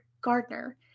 Gardner